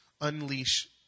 unleash